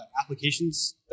applications